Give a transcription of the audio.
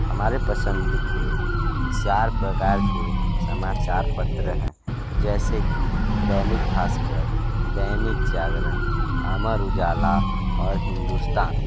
हमारे पसंद के चार प्रकार के समाचार पत्र हैं जैसे कि दैनिक भास्कर दैनिक जागरण अमर उजाला और हिंदुस्तान